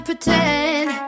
pretend